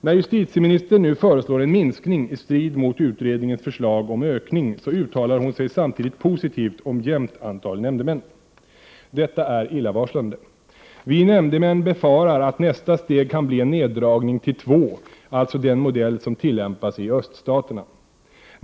När justitieministern nu föreslår en minskning i strid mot utredningens förslag om ökning, uttalar hon sig samtidigt positivt om jämnt antal nämndemän. Detta är illavarslande. Vi nämndemän befarar att nästa steg kan bli en neddragning till två, alltså den modell som tillämpas i öststaterna.